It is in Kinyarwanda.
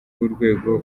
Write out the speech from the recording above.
w’urwego